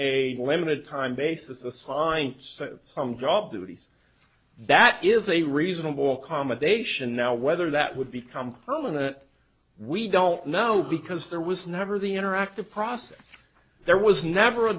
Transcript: a limited time basis assignments from job duties that is a reasonable accommodation now whether that would become permanent we don't know because there was never the interactive process there was never a